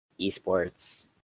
esports